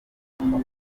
umuco